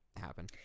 happen